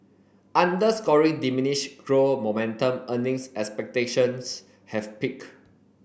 underscoring diminished grow momentum earnings expectations have peak